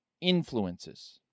influences